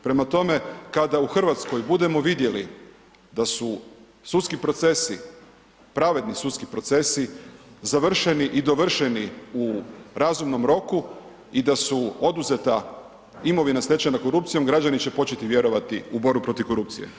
Prema tome, kada u RH budemo vidjeli da su sudski procesi, pravedni sudski procesi, završeni i dovršeni u razumnom roku i da su oduzeta imovina stečena korupcijom, građani će početi vjerovati u borbu protiv korupcije.